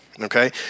okay